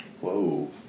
Whoa